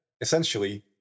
Essentially